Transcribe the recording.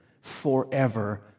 forever